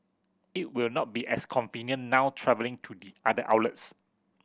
it will not be as convenient now travelling to the other outlets